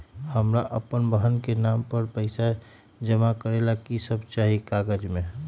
हमरा अपन बहन के नाम पर पैसा जमा करे ला कि सब चाहि कागज मे?